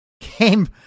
Came